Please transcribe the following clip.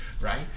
right